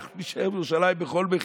אנחנו נישאר בירושלים בכל מחיר.